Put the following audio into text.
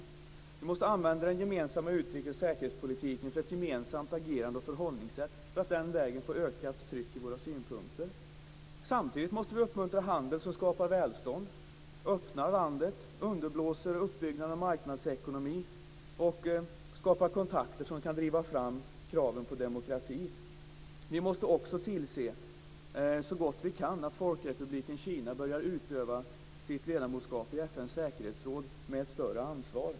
Vi måste använda den gemensamma utrikes och säkerhetspolitiken för ett gemensamt agerande och förhållningssätt för att den vägen få ökat tryck i våra synpunkter. Samtidigt måste vi uppmuntra handel som skapar välstånd, öppnar landet, underblåser uppbyggnad av marknadsekonomi och skapar kontakter som kan driva fram kraven på demokrati. Vi måste också så gott vi kan tillse att Folkrepubliken Kina börjar utöva sitt ledamotskap i FN:s säkerhetsråd med ett större ansvar.